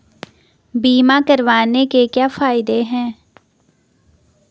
बीमा करवाने के क्या फायदे हैं?